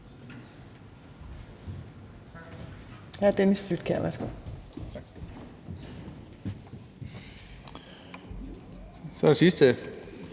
så er det eneste